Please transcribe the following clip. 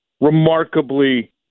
remarkably